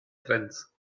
trends